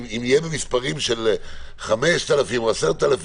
אם יהיו מספרים של 5,000 או 10,000,